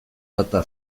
data